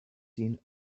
seen